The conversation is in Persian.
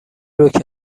روکه